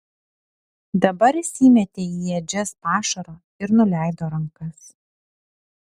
dabar jis įmetė į ėdžias pašaro ir nuleido rankas